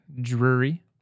Drury